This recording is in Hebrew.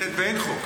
בהינתן ואין חוק.